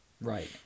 Right